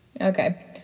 Okay